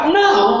now